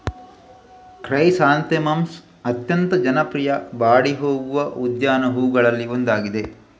chrysanthemums ಅತ್ಯಂತ ಜನಪ್ರಿಯ ಬಾಡಿ ಹೋಗುವ ಉದ್ಯಾನ ಹೂವುಗಳಲ್ಲಿ ಒಂದಾಗಿದೆ